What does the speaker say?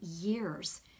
years